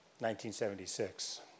1976